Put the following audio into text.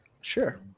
Sure